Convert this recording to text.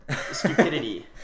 stupidity